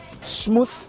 smooth